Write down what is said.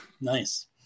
Nice